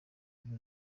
kuri